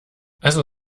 also